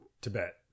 Tibet